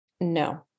No